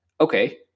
Okay